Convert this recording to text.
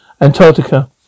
Antarctica